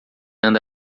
anda